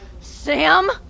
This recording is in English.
Sam